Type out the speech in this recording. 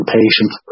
patient